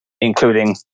including